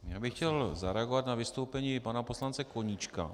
Já bych chtěl zareagovat na vystoupení pana poslance Koníčka.